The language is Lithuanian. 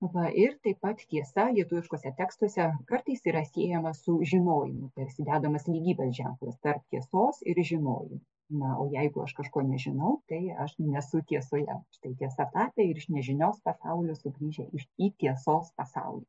va ir taip pat tiesa lietuviškuose tekstuose kartais yra siejama su žinojimu tarsi dedamas lygybės ženklas tarp tiesos ir žinojimo na o jeigu aš kažko nežinau tai aš nesu tiesoje štai tiesa tapę ir iš nežinios pasaulio sugrįžo iš į tiesos pasaulį